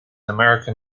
american